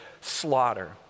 slaughter